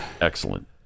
Excellent